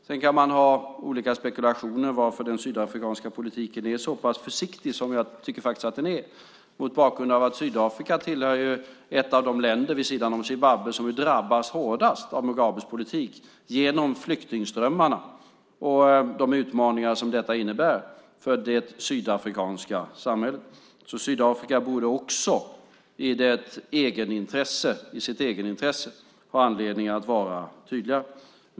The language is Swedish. Sedan kan man ha olika spekulationer om varför den sydafrikanska politiken är så pass försiktig, som jag faktiskt tycker att den är, mot bakgrund av att Sydafrika är ett av de länder vid sidan om Zimbabwe som drabbas hårdast av Mugabes politik genom flyktingströmmarna och de utmaningar som dessa innebär för det sydafrikanska samhället. Sydafrika borde därför också i sitt egenintresse ha anledning att vara tydliga.